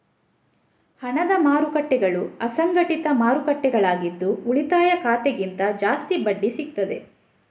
ಹಣದ ಮಾರುಕಟ್ಟೆಗಳು ಅಸಂಘಟಿತ ಮಾರುಕಟ್ಟೆಗಳಾಗಿದ್ದು ಉಳಿತಾಯ ಖಾತೆಗಿಂತ ಜಾಸ್ತಿ ಬಡ್ಡಿ ಸಿಗ್ತದೆ